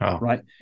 right